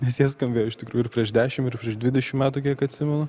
nes jie skambėjo iš tikrųjų ir prieš dešim ir prieš dvidešim metų kiek atsimenu